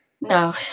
No